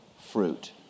fruit